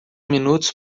minutos